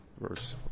verse